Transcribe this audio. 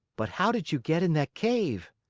but how did you get in that cave?